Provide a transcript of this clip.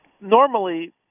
normally